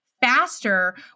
Faster